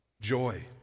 Joy